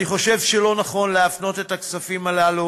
אני חושב שלא נכון להפנות את הכספים הללו